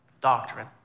doctrine